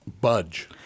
budge